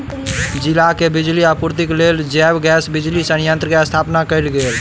जिला के बिजली आपूर्तिक लेल जैव गैस बिजली संयंत्र के स्थापना कयल गेल